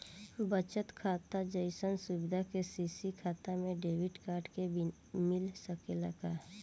बचत खाता जइसन सुविधा के.सी.सी खाता में डेबिट कार्ड के मिल सकेला का?